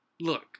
look